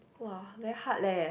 !wah! very hard leh